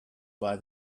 buy